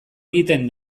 egiten